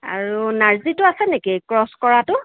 আৰু নাৰ্জীটো আছে নেকি ক্ৰছ কৰাটো